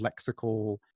lexical